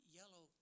yellow